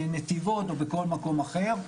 בנתיבות או בכל מקום אחר.